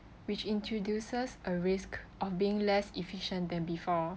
which introduces a risk of being less efficient than before